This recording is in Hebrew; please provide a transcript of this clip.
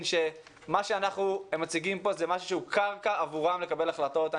שמה שאנחנו מציגים פה זה משהו שהוא קרקע עבורם לקבל החלטות.